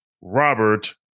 Robert